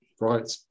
Right